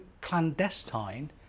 clandestine